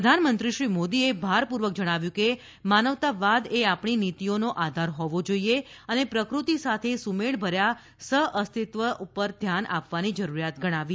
પ્રધાનમંત્રીશ્રી મોદીએ ભારપૂર્વક જણાવ્યું કે માનવતાવાદ એ આપણી નીતીઓનો આધાર હોવો જોઇએ અને પ્રકૃતિ સાથે સુમેળભર્યા સહઅસ્તિસ્વ પર ધ્યાન આપવાની જરૂરિયાત ગણાવી